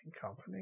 company